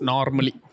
Normally